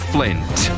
Flint